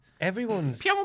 everyone's